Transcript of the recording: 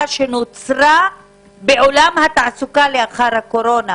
שנוצרה בעולם התעסוקה לאחר הקורונה.